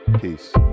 peace